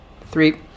Three